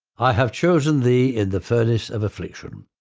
i have chosen thee in the furnace of affliction.